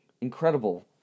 incredible